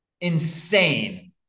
Insane